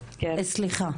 דינה, סליחה.